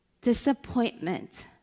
Disappointment